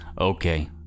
Okay